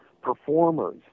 performers